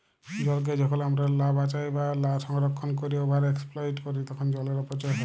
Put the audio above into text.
জলকে যখল আমরা লা বাঁচায় বা লা সংরক্ষল ক্যইরে ওভার এক্সপ্লইট ক্যরি তখল জলের অপচয় হ্যয়